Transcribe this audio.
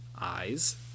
Eyes